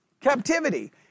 captivity